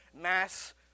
mass